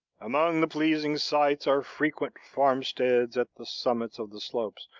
among the pleasing sights are frequent farmsteads at the summits of the slopes,